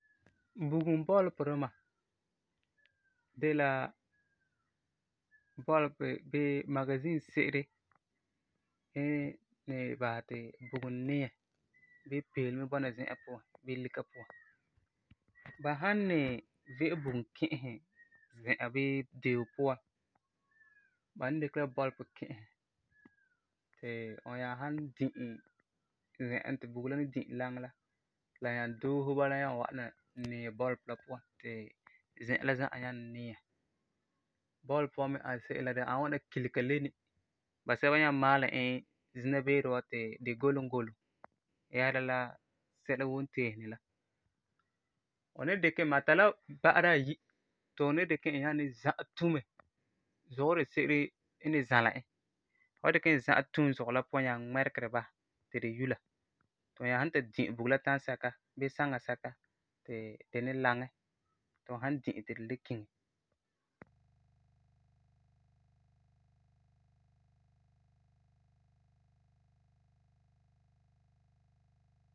Bugum bɔlepi duma de la bɔlepi bii magazin se'ere n ni basɛ ti bugum niiɛ, bii peelum bɔna zi'an puan, bii lika puan. Ba san ni ve'e bugum ki'isɛ zi'an bii deo puan, ba ni dikɛ la bɔlepi ki'isɛ ti fu nyaa san di'e zi'an ti bugum la ni di'e laŋɛ la ti la nyaa doose bala nyaa wa'am na niiɛ bɔlepi la puan ti zi'an la za'a nyaa niiɛ. Bɔlepi wa me n ani se'em la di ani mɛ ŋwana kilega leni, basɛba nyaa maala e zina beere ti di golum golum, yɛsera la sɛla woo n teeseni la. Fu ni dikɛ e mɛ, a tari la gbara ayi ti fu ni dikɛ e nyaa ni zã'ɛ tume zugɔ dise'ere n ni zãla e, fu wan dikɛ e zã'ɛ tume zuŋɔ la puan nyaa ŋmɛregɛ di basɛ ti di yula, ti fu nyaa san ta di'e bugum la time sɛka bii saŋa sɛka ti di ni laŋɛ, ti fu san di'e ti di le kiŋe.